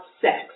sex